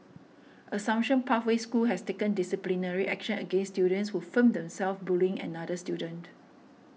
Assumption Pathway School has taken disciplinary action against students who filmed themselves bullying another student